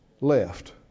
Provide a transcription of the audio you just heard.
left